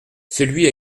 celui